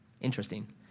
Interesting